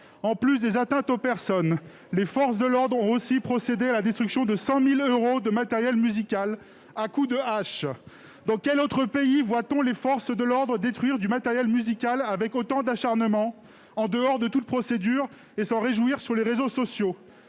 En plus des atteintes aux personnes, les forces de l'ordre ont procédé à la destruction de 100 000 euros de matériel musical à coups de hache. Dans quel autre pays voit-on les forces de l'ordre détruire du matériel musical, avec autant d'acharnement, en dehors de toute procédure et s'en réjouir sur les réseaux sociaux ?